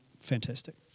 Fantastic